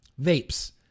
Vapes